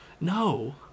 No